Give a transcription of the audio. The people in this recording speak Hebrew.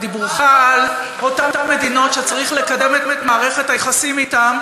בדיבורך על אותן מדינות שצריך לקדם את מערכת היחסים אתן,